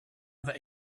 that